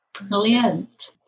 brilliant